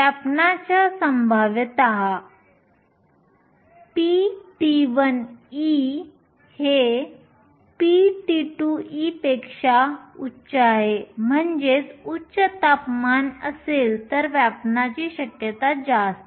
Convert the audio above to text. व्यापण्याची संभाव्यता PT1E PT2E म्हणजे उच्च तापमान असेल तर व्यापण्याची शक्यता जास्त